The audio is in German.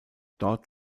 dort